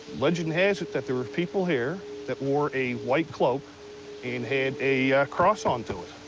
legend has it that there were people here that wore a white cloak and had a cross on to it.